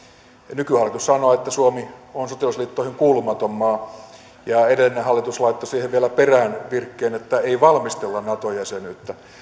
nykyhallitus sanoo että suomi on sotilasliittoihin kuulumaton maa ja edellinen hallitus laittoi siihen vielä perään virkkeen että ei valmistella nato jäsenyyttä